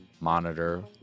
monitor